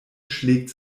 schlägt